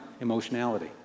emotionality